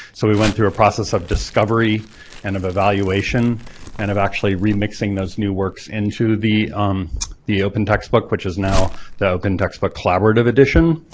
so we went through a process of discovery and of evaluation and of actually remixing those new works into the um the open textbook which is now the open textbook collaborative edition.